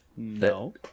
no